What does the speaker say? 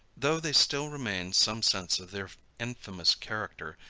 though they still retain some sense of their infamous character,